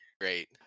great